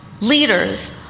leaders